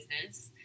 business